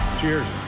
Cheers